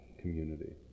community